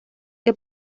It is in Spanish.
que